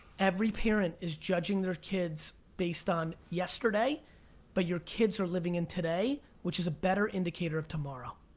every parent is judging their kids based on yesterday but your kids are living in today, which is a better indicator of tomorrow.